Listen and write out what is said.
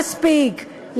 מספיק,